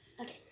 Okay